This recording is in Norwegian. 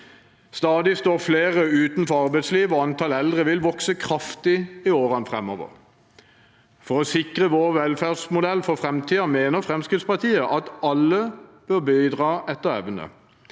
Stadig står flere utenfor arbeidslivet, og antall eldre vil vokse kraftig i årene framover. For å sikre vår velferdsmodell for framtiden mener Fremskrittspartiet at alle bør bidra etter evne.